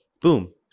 boom